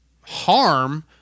harm